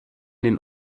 den